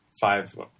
five